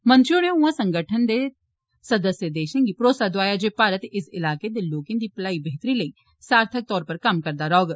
मंत्री होरें उयां संगठन दे दस्सयें देशै गी भरोसा दोआया जे भारत इस ईलाकें दे लोकें दी भलाई बेहतरी लेई सारथक तौर उप्पर कम्म करदा रौह्ग